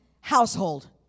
household